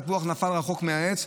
התפוח נפל רחוק מהעץ,